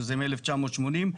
שזה מ-1980,